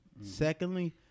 secondly